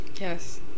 Yes